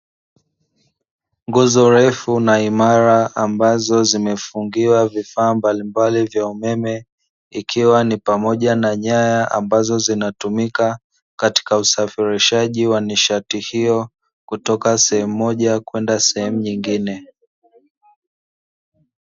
Nguzo ndefu na imara, ambazo zimefungiwa vifaa mbalimbali vya umeme, ikiwa ni pamoja na nyaya ambazo zinatumika katika usafirishaji wa nishati hiyo kutoka sehemu moja kwenda sehemu nyingine.